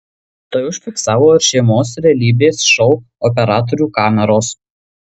tai užfiksavo ir šeimos realybės šou operatorių kameros